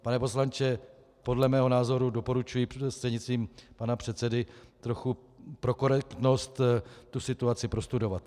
Pane poslanče, podle mého názoru, doporučuji prostřednictvím pana předsedy, trochu pro korektnost tu situaci prostudovat.